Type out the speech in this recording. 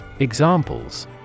Examples